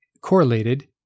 correlated